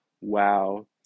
wow